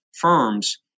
firms